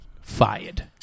Fired